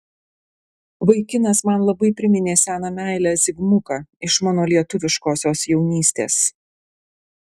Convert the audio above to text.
vaikinas man labai priminė seną meilę zigmuką iš mano lietuviškosios jaunystės